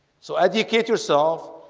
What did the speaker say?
so educate yourself.